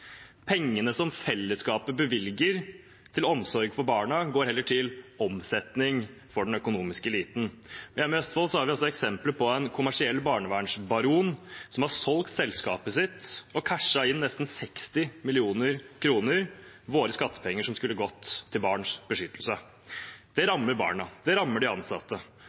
Pengene som fellesskapet bevilger til omsorg for barna, går heller til omsetning for den økonomiske eliten. Hjemme i Østfold har vi også eksempler på en kommersiell barnevernsbaron som har solgt selskapet sitt og cashet inn nesten 60 mill. kr – våre skattepenger som skulle ha gått til barns beskyttelse. Det rammer barna, og det rammer de ansatte,